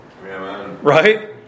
right